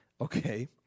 Okay